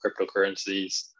cryptocurrencies